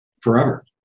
forever